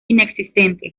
inexistente